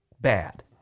bad